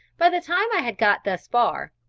by the time i had got thus far,